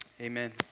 Amen